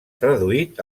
traduït